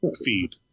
feed